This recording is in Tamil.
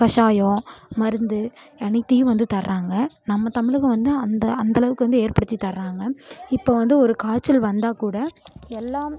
கசாயம் மருந்து அனைத்தையும் வந்து தர்றாங்க நம்ம தமிழகம் வந்து அந்த அந்த அளவுக்கு வந்து ஏற்படுத்தி தர்றாங்க இப்போ வந்து ஒரு காய்ச்சல் வந்தால் கூட எல்லாம்